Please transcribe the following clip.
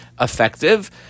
effective